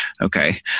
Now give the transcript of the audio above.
Okay